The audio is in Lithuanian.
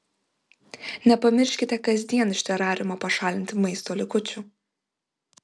nepamirškite kasdien iš terariumo pašalinti maisto likučių